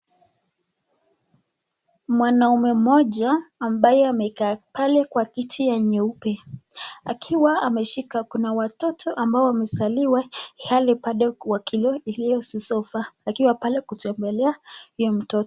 Mwanaume moja ambaye amekaa pale kwa kiti nyeupe akiwa ameshika kuna watoto ambao wamezaliwa ihali akili iliyo so sopa wakiwa pale kutembelea huyu mtoto.